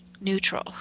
neutral